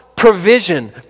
provision